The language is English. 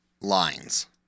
lines